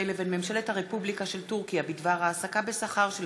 לבין ממשלת הרפובליקה של טורקיה בדבר העסקה בשכר של